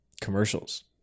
commercials